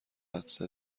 حدس